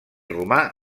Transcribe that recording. romà